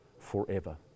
forever